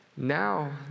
Now